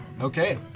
Okay